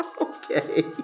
Okay